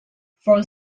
for